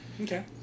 Okay